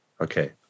Okay